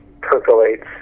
percolates